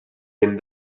ben